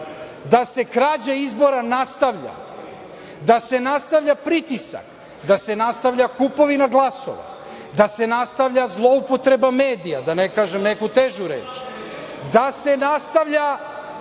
da se krađa izbora nastavlja, da se nastavlja pritisak, da se nastavlja kupovina glasova, da se nastavlja zloupotreba medija, da ne kažem neku težu reč, da se nastavlja